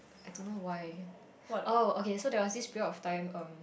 I don't know why oh okay so there was this period of time um